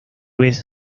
vez